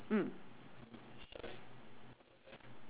mm